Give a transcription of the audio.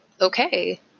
okay